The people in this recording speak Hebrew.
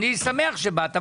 אני שמח שבאת.